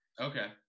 Okay